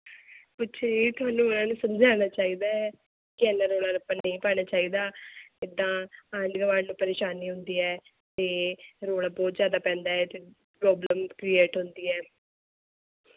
ਪੁੱਛੇ ਤੁਹਾਨੂੰ ਉਹਨਾ ਨੂੰ ਸਮਝਾਣਾ ਚਾਹੀਦਾ ਹੈ ਕਿ ਐਨਾ ਰੌਲਾ ਰੱਪਾ ਨਹੀਂ ਪਾਉਣਾ ਚਾਹੀਦਾ ਇੱਦਾਂ ਆਂਢ ਗੁਆਂਢ ਨੂੰ ਪਰੇਸ਼ਾਨੀ ਹੁੰਦੀ ਹੈ ਅਤੇ ਰੌਲਾ ਬਹੁਤ ਜ਼ਿਆਦਾ ਪੈਂਦਾ ਹੈ ਅਤੇ ਪ੍ਰੋਬਲਮ ਕ੍ਰੀਏਟ ਹੁੰਦੀ ਹੈ